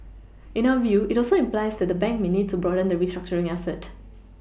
in our view it also implies that the bank may need to broaden the restructuring effort